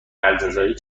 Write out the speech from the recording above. الجزایر